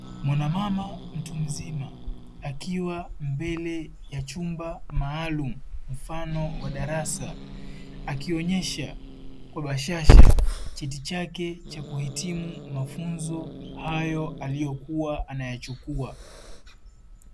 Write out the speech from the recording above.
Mwanamama mtu mzima akiwa mbele ya chumba maalumu mfano wa darasa, akionyesha kwa bashasha cheti chake cha kuhitimu mafunzo hayo aliyokuwa anayachukua.